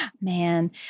Man